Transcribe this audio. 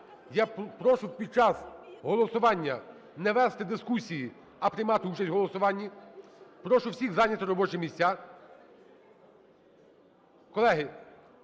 Я прошу під час голосування не вести дискусії, а приймати участь в голосуванні. Прошу всіх зайняти робочі місця.